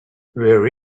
where